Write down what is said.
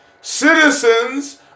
citizens